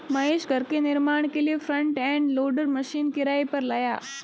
महेश घर के निर्माण के लिए फ्रंट एंड लोडर मशीन किराए पर लाया